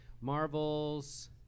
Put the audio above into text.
Marvel's